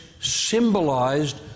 symbolized